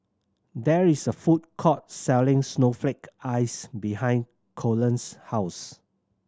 there is a food court selling snowflake ice behind Cullen's house